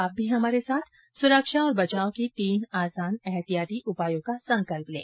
आप भी हमारे साथ सुरक्षा और बचाव के तीन आसान एहतियाती उपायों का संकल्प लें